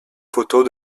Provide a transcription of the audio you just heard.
photos